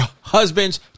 husband's